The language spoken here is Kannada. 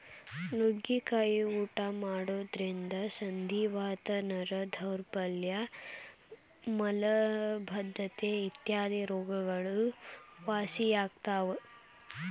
ನುಗ್ಗಿಕಾಯಿ ಊಟ ಮಾಡೋದ್ರಿಂದ ಸಂಧಿವಾತ, ನರ ದೌರ್ಬಲ್ಯ ಮಲಬದ್ದತೆ ಇತ್ಯಾದಿ ರೋಗಗಳು ವಾಸಿಯಾಗ್ತಾವ